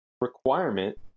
requirement